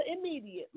immediately